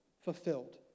fulfilled